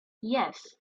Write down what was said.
yes